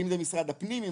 משרד הפנים,